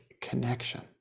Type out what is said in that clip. connection